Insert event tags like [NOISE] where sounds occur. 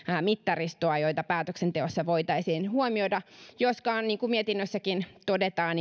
mittaristoa joita päätöksenteossa voitaisiin huomioida joskaan nekään niin kuin mietinnössäkin todetaan [UNINTELLIGIBLE]